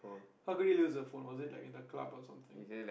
how could you lose your phone was it like in the club or something